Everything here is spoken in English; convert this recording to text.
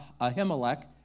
Ahimelech